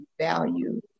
value